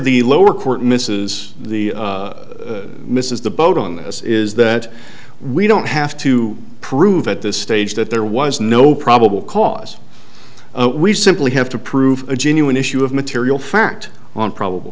the lower court misses the misses the boat on this is that we don't have to prove at this stage that there was no probable cause we simply have to prove a genuine issue of material fact on probable